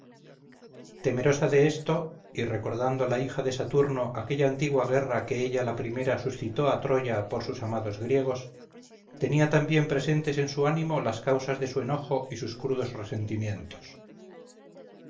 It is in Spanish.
temerosa de esto y recordando la hija de saturno aquella antigua guerra que ella la primera suscitó a troya por sus amados griegos tenía también presentes en su ánimo las causas de su enojo y sus crudos resentimientos